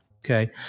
Okay